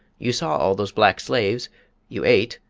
you saw all those black slaves you ate,